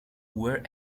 wear